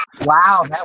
Wow